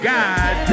God